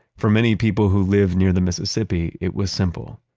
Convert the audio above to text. for many people who live near the mississippi, it was simple.